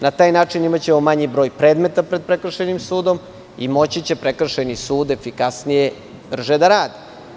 Na taj način imaćemo manji broj predmeta pred prekršajnim sudom i moći će prekršajni sud efikasnije i brže da radi.